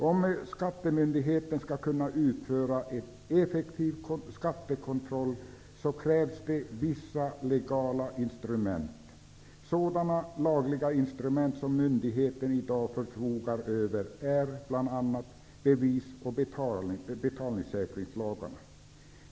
Om skattemyndigheten skall kunna utföra en effektiv skattekontroll krävs det vissa legala instrument. Sådana lagliga instrument som myndigheten i dag förfogar över är bl.a. bevis och betalningssäkringslagarna.